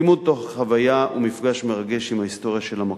לימוד תוך חוויה ומפגש מרגש עם ההיסטוריה של המקום.